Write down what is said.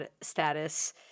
status